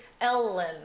Ellen